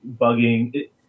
bugging